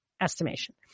estimation